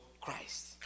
Christ